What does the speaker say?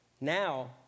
Now